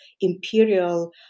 imperial